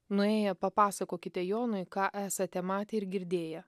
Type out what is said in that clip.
nuėję papasakokite jonui ką esate matę ir girdėję